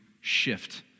shift